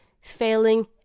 failing